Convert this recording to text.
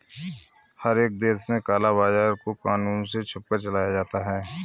हर एक देश में काला बाजार को कानून से छुपकर चलाया जाता है